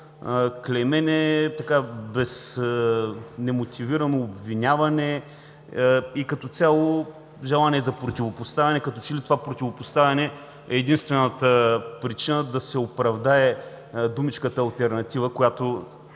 клеймене, немотивирано обвиняване и като цяло желание за противопоставяне, като че ли това противопоставяне е единствената причина да се оправдае думичката „алтернатива“, която